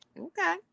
Okay